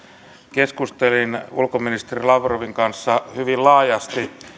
keskustelin ulkoministeri lavrovin kanssa hyvin laajasti